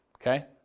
Okay